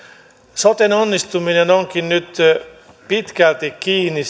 soten onnistuminen onkin nyt pitkälti kiinni